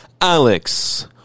Alex